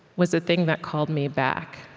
was the thing that called me back